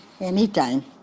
anytime